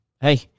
hey